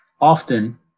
Often